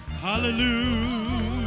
Hallelujah